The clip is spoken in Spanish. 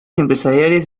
empresariales